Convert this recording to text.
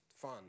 fun